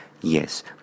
yes